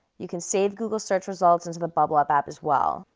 you can save google search results into the bublup app as well.